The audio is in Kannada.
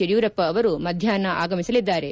ಯಡಿಯೂರಪ್ಪ ಅವರು ಮಧ್ಯಾಷ್ನ ಆಗಮಿಸಲಿದ್ದಾರೆ